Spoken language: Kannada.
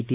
ಟಿ